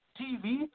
TV